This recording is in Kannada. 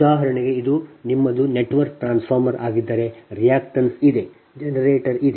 ಉದಾಹರಣೆಗೆ ಇದು ನಿಮ್ಮದು ನೆಟ್ವರ್ಕ್ ಟ್ರಾನ್ಸ್ಫಾರ್ಮರ್ ಆಗಿದ್ದರೆ ರಿಯಾಕ್ಟನ್ಸ್ ಇದೆ ಜನರೇಟರ್ ಇದೆ